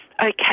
okay